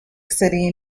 city